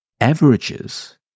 averages